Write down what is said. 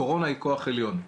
הקורונה היא כוח עליון.